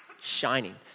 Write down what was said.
shining